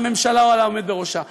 על הממשלה או על העומד בראשה.